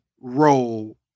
role